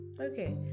okay